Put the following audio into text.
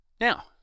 Now